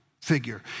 figure